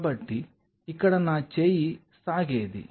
కాబట్టి ఇక్కడ నా చేయి సాగేది